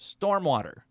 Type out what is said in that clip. stormwater